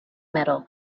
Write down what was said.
metal